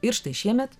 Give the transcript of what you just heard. ir štai šiemet